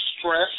stress